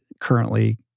currently